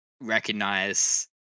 recognize